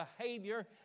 behavior